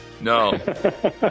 No